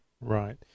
Right